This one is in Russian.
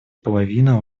половина